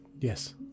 Yes